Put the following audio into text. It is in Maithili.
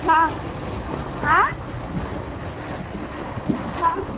हँ आँय हँ हँ